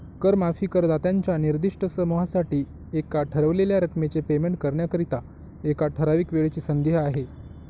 कर माफी करदात्यांच्या निर्दिष्ट समूहासाठी एका ठरवलेल्या रकमेचे पेमेंट करण्याकरिता, एका ठराविक वेळेची संधी आहे